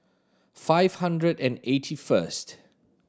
five hundred and eighty first